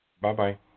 Bye-bye